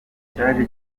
cyaje